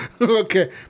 Okay